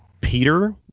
Peter